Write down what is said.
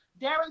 Darren